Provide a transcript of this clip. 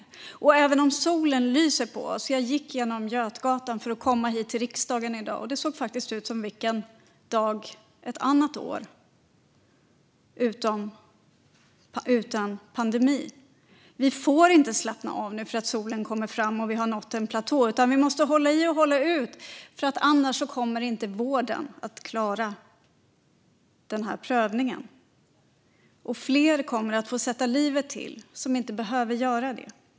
Det gäller även när solen lyser på oss, som i dag - jag gick längs Götgatan för att komma hit till riksdagen i dag, och det såg faktiskt ut som vilken dag som helst ett annat år, utan pandemi. Vi får inte slappna av nu bara för att solen kommer fram och för att vi har nått en platå, utan vi måste hålla i och hålla ut. Annars kommer vården inte att klara den här prövningen, och då kommer fler att få sätta livet till som inte behöver göra det.